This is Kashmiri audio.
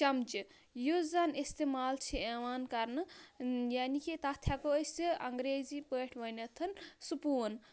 چَمچہٕ یُس زَن اِستعمال چھِ یِوان کَرنہٕ یعنی کہِ تَتھ ہٮ۪کو أسۍ انٛگریزی پٲٹھۍ ؤنِتھ سپوٗن